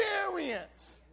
experience